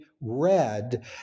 read